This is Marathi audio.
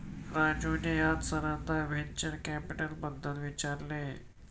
राजूने आज सरांना व्हेंचर कॅपिटलबद्दल विचारले